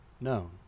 known